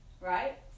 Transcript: right